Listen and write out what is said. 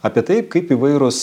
apie tai kaip įvairūs